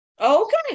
Okay